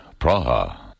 Praha